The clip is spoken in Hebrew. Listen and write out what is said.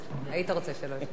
היית רוצה 30 דקות.